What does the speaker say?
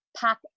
pack